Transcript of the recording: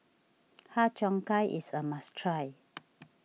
Har Cheong Gai is a must try